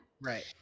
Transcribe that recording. Right